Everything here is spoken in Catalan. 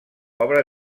obra